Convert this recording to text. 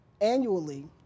annually